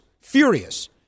furious